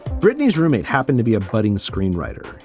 brittany's roommate happened to be a budding screenwriter.